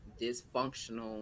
dysfunctional